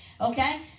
Okay